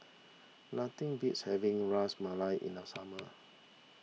nothing beats having Ras Malai in the summer